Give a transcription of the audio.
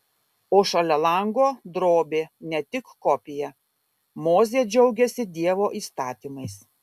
o šalia lango drobė ne tik kopija mozė džiaugiasi dievo įstatymais